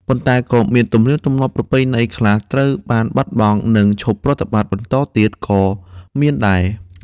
ប៉ុន្តែ ក៏មានទំនៀមទម្លាប់ប្រពៃណីខ្លះ ត្រូវបានបាត់បង់ និងឈប់ប្រតិបត្តិបន្តទៀតក៏មានដែរ។